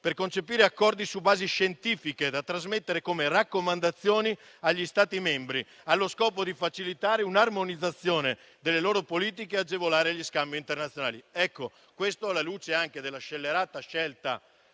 per concepire accordi su basi scientifiche da trasmettere come raccomandazioni agli Stati membri, allo scopo di facilitare un'armonizzazione delle loro politiche e agevolare gli scambi internazionali. Tutto questo alla luce anche della scellerata scelta